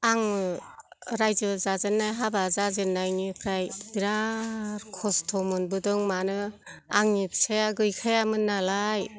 आङो रायजो जाजेननाय हाबा जाजेननायनिफ्राय बिराद खस्थ' मोनबोदों मानो आंनि फिसायानो गैखायामोन नालाय